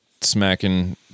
smacking